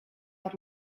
per